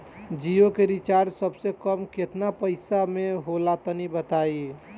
जियो के रिचार्ज सबसे कम केतना पईसा म होला तनि बताई?